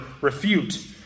refute